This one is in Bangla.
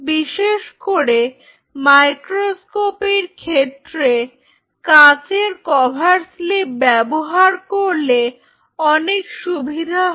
বিশেষ করে মাইক্রোস্কোপির ক্ষেত্রে কাঁচের কভার স্লিপ ব্যবহার করলে অনেক সুবিধা হয়